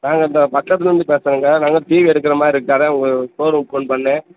நாங்கள் இந்த பக்கத்திலேருந்து பேசுகிறோங்க நாங்கள் டிவி எடுக்கிற மாதிரி இருக்குது அதுதான் உங்கள் ஷோ ரூமுக்கு ஃபோன் பண்ணிணேன்